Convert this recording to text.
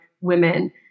women